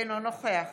אינו נוכח